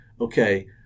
okay